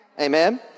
Amen